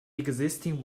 existing